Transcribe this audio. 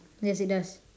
yes it does